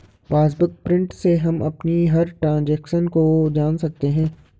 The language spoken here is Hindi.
पासबुक प्रिंट से हम अपनी हर ट्रांजेक्शन को जान सकते है